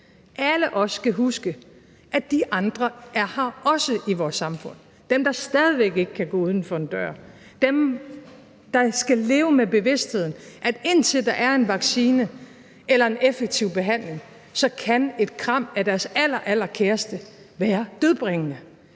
dag – skal huske, at de andre også er her i vores samfund, dem, der stadig væk ikke kan gå uden for en dør, dem, der skal leve med bevidstheden om, at indtil der er en vaccine eller en effektiv behandling, så kan et kram af deres allerallerkæreste være dødbringende.